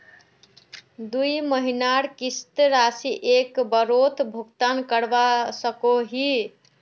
दुई महीनार किस्त राशि एक बारोत भुगतान करवा सकोहो ही?